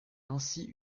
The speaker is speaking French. ainsi